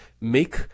make